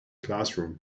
classroom